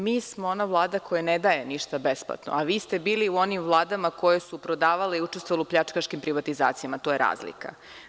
Mi smo ona Vlada koja ne daje ništa besplatno, a vi ste bili u onim vladama koje su prodavale i učestvovale u pljačkaškim privatizacijama, to je razlika.